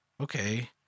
okay